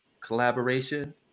collaboration